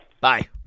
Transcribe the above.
Bye